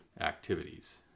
activities